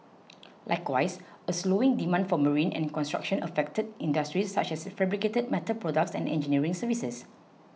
likewise slowing demand for marine and construction affected industries such as fabricated metal products and engineering services